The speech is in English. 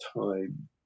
time